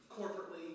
corporately